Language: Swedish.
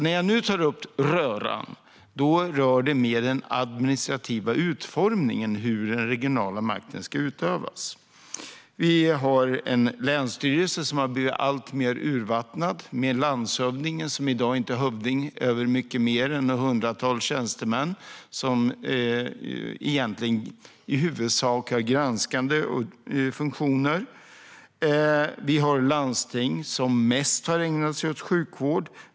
När jag nu tar upp röran handlar det mer om den administrativa utformningen: hur den regionala makten ska utövas. Vi har en länsstyrelse som har blivit alltmer urvattnad, med en landshövding som i dag inte är hövding över mycket mer än ett hundratal tjänstemän som egentligen i huvudsak har granskande funktioner. Vi har landsting som mest har ägnat sig åt sjukvård.